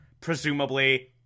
presumably